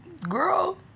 girl